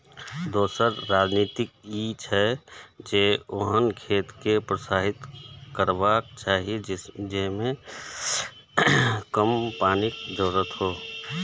दोसर रणनीति ई छै, जे ओहन खेती कें प्रोत्साहित करबाक चाही जेइमे कम पानिक जरूरत हो